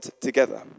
together